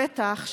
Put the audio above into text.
הפתח,